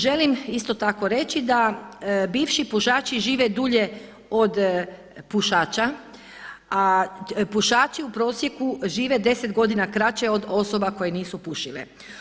Želim isto tako reći da bivši pušači žive dulje od pušača, a pušači u prosjeku žive 10 godina kraće od osoba koje nisu pušile.